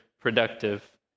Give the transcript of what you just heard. productive